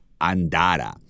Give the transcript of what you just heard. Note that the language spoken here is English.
Andara